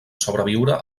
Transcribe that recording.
sobreviure